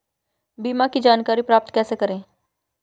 बीमा की जानकारी प्राप्त कैसे करें?